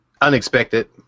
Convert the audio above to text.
unexpected